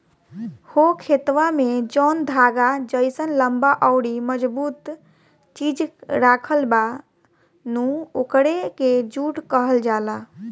हो खेतवा में जौन धागा जइसन लम्बा अउरी मजबूत चीज राखल बा नु ओकरे के जुट कहल जाला